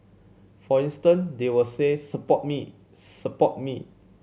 for instance they will say support me support me